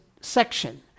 section